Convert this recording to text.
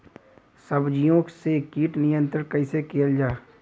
सब्जियों से कीट नियंत्रण कइसे कियल जा?